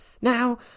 Now